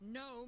no